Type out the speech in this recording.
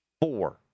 four